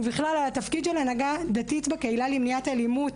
ובכלל על התפקיד של הנהגה דתית בקהילה למניעת אלימות.